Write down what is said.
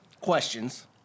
Questions